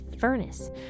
furnace